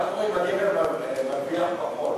מה קורה אם הגבר מרוויח פחות?